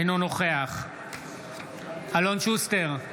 אינו נוכח אלון שוסטר,